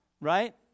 right